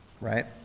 right